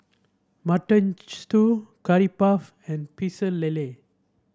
Mutton Stew Curry Puff and Pecel Lele